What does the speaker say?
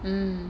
mm